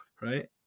right